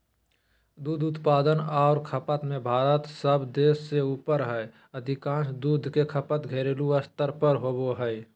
दूध उत्पादन आर खपत में भारत सब देश से ऊपर हई अधिकांश दूध के खपत घरेलू स्तर पर होवई हई